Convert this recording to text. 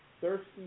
thirsty